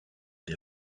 der